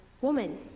Woman